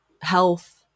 health